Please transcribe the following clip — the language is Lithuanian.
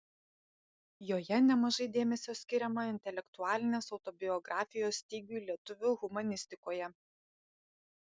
joje nemažai dėmesio skiriama intelektualinės autobiografijos stygiui lietuvių humanistikoje